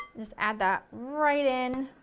just add that right in.